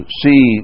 see